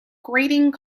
grating